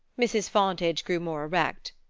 mrs. fontage grew more erect.